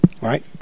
Right